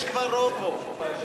יש כבר רוב פה.